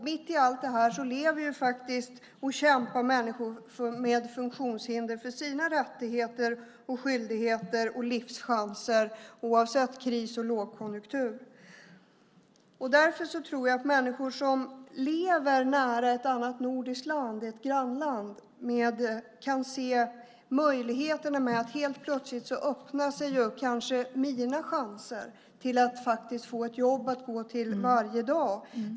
Mitt i allt det här lever människor med funktionsnedsättningar och kämpar för sina rättigheter, skyldigheter och livschanser oavsett kris och lågkonjunktur. Därför tror jag att människor som lever nära ett annat nordiskt land, ett grannland, kan se möjligheterna när deras chanser att få ett jobb att gå till varje dag helt plötsligt öppnar sig.